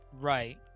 Right